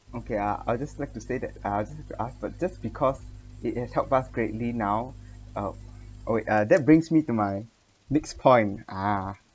okay I'll just like to say that uh just because it has helped us greatly now uh oh wait that brings me to my next point ah